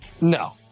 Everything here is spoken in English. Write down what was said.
No